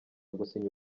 gusinya